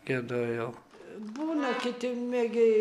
giedojau būna kiti mėgėjai